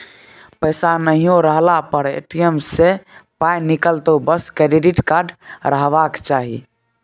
पैसा नहियो रहला पर ए.टी.एम सँ पाय निकलतौ बस क्रेडिट कार्ड रहबाक चाही